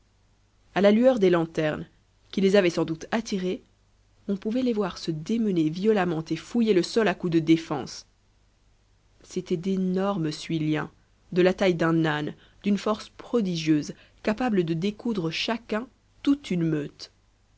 a la lueur des lanternes qui les avait sans doute attirés on pouvait les voir se démener violemment et fouiller le sol à coups de défenses c'étaient d'énormes suiliens de la taille d'un âne d'une force prodigieuse capables de découdre chacun toute une meute